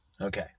Okay